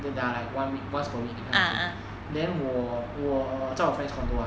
ya like one week once per week that kind of thing then 我我在我 friend's condo lah